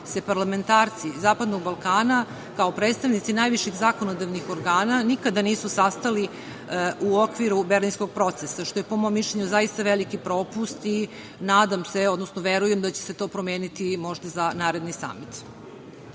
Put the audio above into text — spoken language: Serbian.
se parlamentarci Zapadnog Balkana, kao predstavnici najviših zakonodavnih organa nikada nisu sastali u okviru Berlinskog procesa, što je po mom mišljenju zaista veliki propust i nadam se, odnosno verujem da će se to promeniti možda za naredni samit. Kada